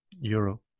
euro